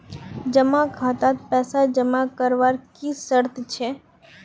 जमा खातात पैसा जमा करवार की शर्त छे?